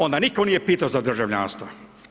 Onda nitko nije pitao za državljanstvo.